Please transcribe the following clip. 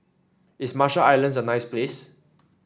is Marshall Islands a nice place